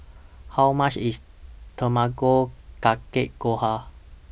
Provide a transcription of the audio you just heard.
How much IS Tamago Kake Gohan